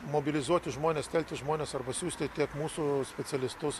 mobilizuoti žmones telkti žmones arba siųsti tiek mūsų specialistus